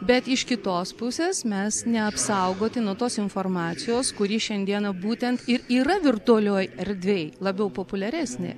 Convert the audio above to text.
bet iš kitos pusės mes neapsaugoti nuo tos informacijos kuri šiandieną būtent ir yra virtualioj erdvėj labiau populiaresnė